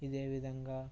ఇదేవిధంగా